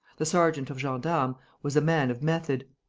the sergeant of gendarmes was a man of method.